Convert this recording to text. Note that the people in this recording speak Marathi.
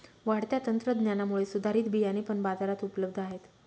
वाढत्या तंत्रज्ञानामुळे सुधारित बियाणे पण बाजारात उपलब्ध आहेत